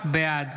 בעד